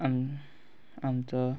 आमचो